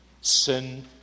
Sin